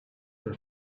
for